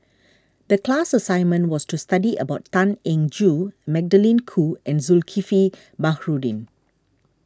the class assignment was to study about Tan Eng Joo Magdalene Khoo and Zulkifli Baharudin